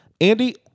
andy